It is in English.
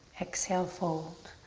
exhale, fold.